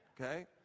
Okay